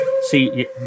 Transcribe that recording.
see